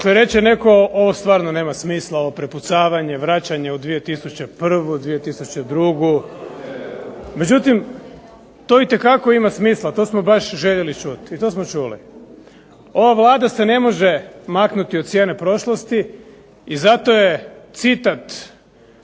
Dakle reče netko ovo stvarno nema smisla, ovo prepucavanje, vraćanje u 2001., 2002., međutim to itekako ima smisla, to smo baš željeli čuti i to smo čuli. Ova Vlada se ne može maknuti od sjene prošlosti i zato je citat